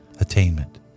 attainment